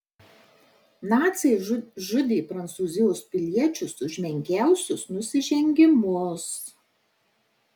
naciai žudė prancūzijos piliečius už menkiausius nusižengimus